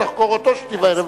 תחקור אותו שתי וערב,